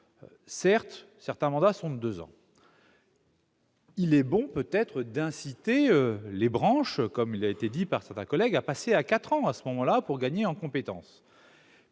Certes, certains mandats sont 2 ans. Il est bon, peut-être, d'inciter les branches comme il a été dit par certains collègues à passer à 4 ans, à ce moment-là pour gagner en compétences.